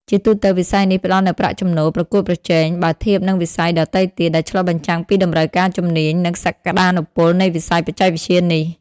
ជាទូទៅវិស័យនេះផ្តល់នូវប្រាក់ចំណូលប្រកួតប្រជែង បើធៀបនឹងវិស័យដទៃទៀត ដែលឆ្លុះបញ្ចាំងពីតម្រូវការជំនាញ និងសក្តានុពលនៃវិស័យបច្ចេកវិទ្យានេះ។